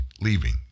leaving